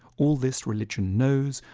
all this religion knows,